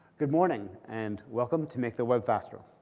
good morning, and welcome to make the web faster.